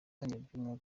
ry’umwaka